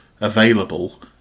available